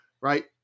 right